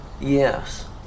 Yes